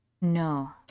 No